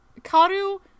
Karu